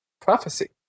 Prophecy